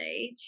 age